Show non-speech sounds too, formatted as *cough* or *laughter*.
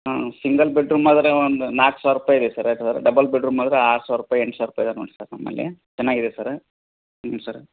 ಹ್ಞೂ single bedroom ಆದರೆ ಒಂದು ನಾಲ್ಕು ಸಾವಿರ ರೂಪಾಯಿ ಸರ್ *unintelligible* ಡಬಲ್ ಬೆಡ್ರೂಮ್ ಆದರೆ ಆರು ಸಾವಿರ ರೂಪಾಯಿ ಎಂಟು ಸಾವಿರ ರೂಪಾಯಿ ಅದಾವ ನೋಡ್ರಿ ಸರ್ ನಮ್ಮಲ್ಲಿ ಚೆನ್ನಾಗಿದೆ ಸರ್ ಹ್ಞೂ ಸರ್